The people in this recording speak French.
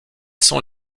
sont